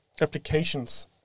applications